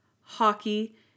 Hockey